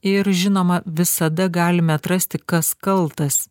ir žinoma visada galime atrasti kas kaltas